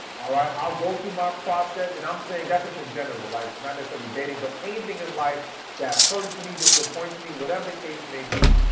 all right. i'll go through my process. and i'm saying that's just in general like, not necessarily dating but anything in life that hurts me, disappoints me, whatever the case may be,